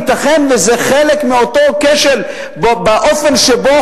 ייתכן שזה חלק מאותו כשל באופן שבו